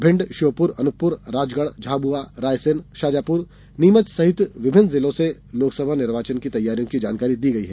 भिंड श्योपुर अनूपपुर राजगढ़ झाबुआ रायसेन शाजापुर नीमच सहित विभिन्न जिलों से लोकसभा निर्वाचन की तैयारियों की जानकारी दी गई है